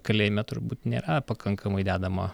kalėjime turbūt nėra pakankamai dedama